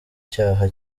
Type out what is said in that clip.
cyaha